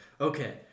okay